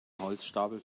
holzstapel